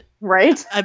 Right